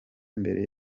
mbere